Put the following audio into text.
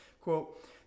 Quote